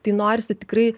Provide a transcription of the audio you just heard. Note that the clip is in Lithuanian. tai norisi tikrai